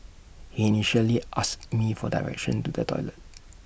he initially asked me for directions to the toilet